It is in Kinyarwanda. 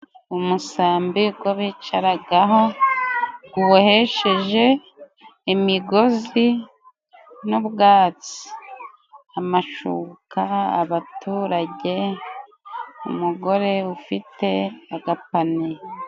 Umusambi wo bicaraho, ubohesheje imigozi n'ubwatsi. Amashuka, abaturage, umugore ufite agapaniye.